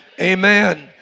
amen